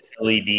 LED